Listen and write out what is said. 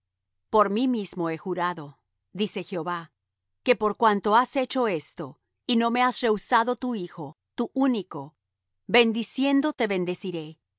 por mí mismo he jurado dice jehová que por cuanto has hecho esto y no me has rehusado tu hijo tu único bendiciendo te bendeciré y